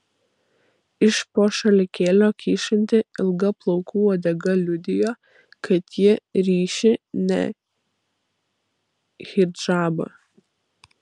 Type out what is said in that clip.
iš po šalikėlio kyšanti ilga plaukų uodega liudijo kad ji ryši ne hidžabą